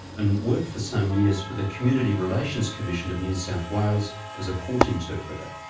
and worked for some years for the community relations commission of new south wales as a court interpreter.